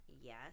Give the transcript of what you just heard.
Yes